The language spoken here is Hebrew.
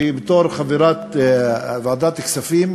בתור חברת ועדת הכספים,